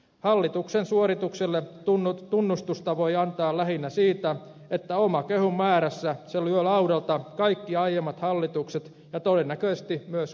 hallituksen suoritukselle tunnustusta voi antaa lähinnä siitä että omakehun määrässä se lyö laudalta kaikki aiemmat hallitukset ja todennäköisesti myös kaikki tulevat